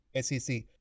SEC